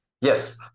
yes